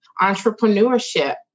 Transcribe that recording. entrepreneurship